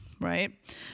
right